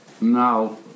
Now